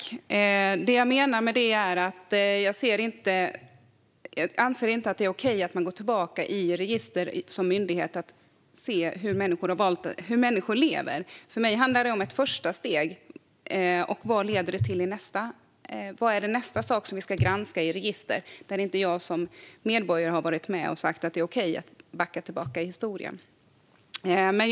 Fru talman! Det jag menar är att jag inte anser det vara okej att man som myndighet går tillbaka i register för att se hur människor lever. För mig handlar det om ett första steg. Vad är nästa sak vi ska granska i register utan att jag som medborgare har varit med och sagt att det är okej att backa tillbaka i historien?